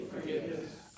forgiveness